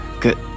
Good